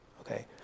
okay